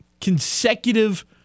consecutive